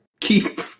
keep